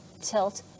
tilt